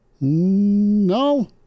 No